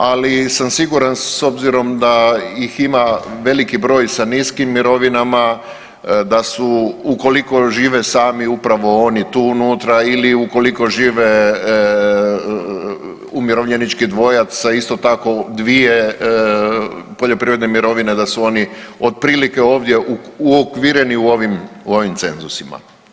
Ali sam siguran s obzirom da ih ima veliki broj sa niskim mirovinama da su ukoliko žive sami upravo oni tu unutra ili ukoliko žive umirovljenički dvojac sa isto tako dvije poljoprivredne mirovine da su oni otprilike ovdje uokvireni u ovim cenzusima.